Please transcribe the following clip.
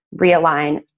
realign